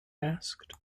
asked